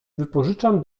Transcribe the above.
wypożyczam